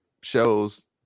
shows